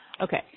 Okay